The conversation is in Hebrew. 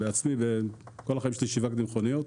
כל החיים שלי שיווקתי מכוניות,